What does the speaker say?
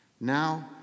Now